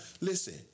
Listen